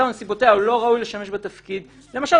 לא ראוי לשמש בתפקיד למשל,